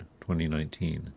2019